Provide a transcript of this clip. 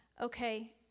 Okay